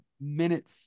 minute